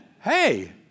hey